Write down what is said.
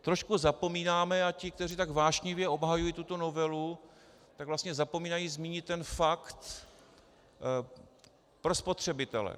Trošku zapomínáme, a ti, kteří tak vášnivě obhajují tuto novelu, tak vlastně zapomínají zmínit ten fakt pro spotřebitele.